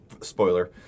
spoiler